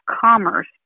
Commerce